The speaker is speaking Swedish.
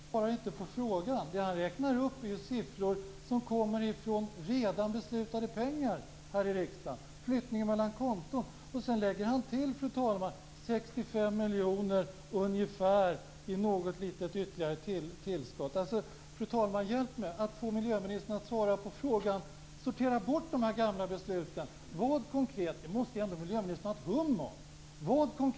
Fru talman! Hjälp mig! Miljöministern svarar inte på frågan! Det han räknar upp är siffror som kommer av pengar som det redan beslutats om här i riksdagen. Det är flyttning mellan konton. Sedan lägger han, fru talman, till ungefär 65 miljoner kronor i något ytterligare litet tillskott. Fru talman, hjälp mig att få miljöministern att svara på frågan. Sortera bort de här gamla besluten. Miljöministern måste ju ändå ha ett hum om det här.